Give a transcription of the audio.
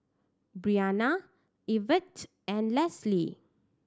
Briana Ivette and Lesli